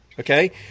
Okay